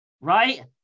Right